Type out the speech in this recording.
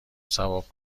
ثواب